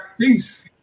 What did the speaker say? Peace